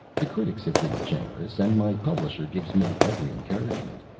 the critics have been generous, and my publisher gives me every encouragement.